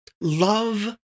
Love